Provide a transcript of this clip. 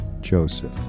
Joseph